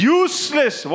useless